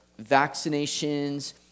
vaccinations